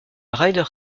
ryder